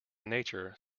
nature